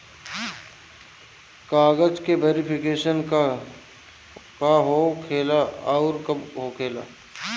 कागज के वेरिफिकेशन का हो खेला आउर कब होखेला?